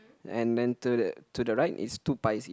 and then to the to the right is two pies each